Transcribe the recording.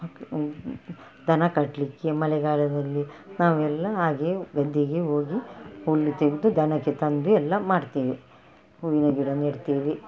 ದನ ಕಟ್ಟಲಿಕ್ಕೆ ಮಳೆಗಾಲದಲ್ಲಿ ನಾವೆಲ್ಲ ಹಾಗೇ ಗದ್ದೆಗೆ ಹೋಗಿ ಹುಲ್ಲು ತೆಗೆದು ದನಕ್ಕೆ ತಂದು ಎಲ್ಲ ಮಾಡ್ತೇವೆ ಹೂವಿನ ಗಿಡ ನೆಡ್ತೇವೆ